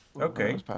okay